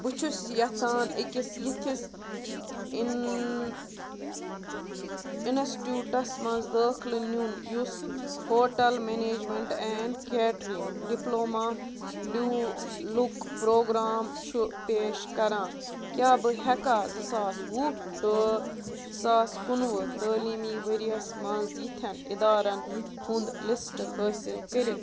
بہٕ چھُس یژھان أکِس یِتھِس اِن اِنسٹِٹیوٗٹس مَنٛز دٲخلہٕ نِیُن یُس ہوٹل میٚنیجمیٚنٛٹ اینٛڈ کیٹرِنٛگ مَنٛز ڈِپلوما لیوٗلُک پرٛوگرام چھُ پیش کران کیٛاہ بہٕ ہیٚکا زٕ ساس وُہ ٹُہ ساس کُنہٕ وُہ تٲلیٖمی ؤرۍ یَس مَنٛز یِتھٮ۪ن اِدارن ہُنٛد لِسٹ حٲصِل کٔرِتھ